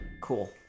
cool